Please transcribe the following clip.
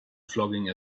flogging